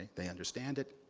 they understand it,